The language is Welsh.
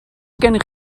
gennych